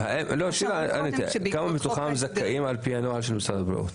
כמה מתוכם זכאים על פי הנוהל של משרד הבריאות?